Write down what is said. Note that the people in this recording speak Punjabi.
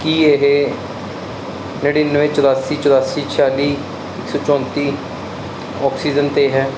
ਕੀ ਇਹ ਨੜ੍ਹਿਨਵੇਂ ਚੁਰਾਸੀ ਚੁਰਾਸੀ ਛਿਆਲੀ ਇੱਕ ਸੌ ਚੌਂਤੀ ਆਕਸੀਜਨ 'ਤੇ ਹੈ